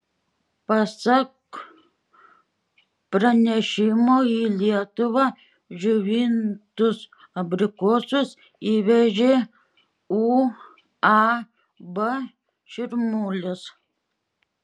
pasak pranešimo į lietuvą džiovintus abrikosus įvežė uab širmulis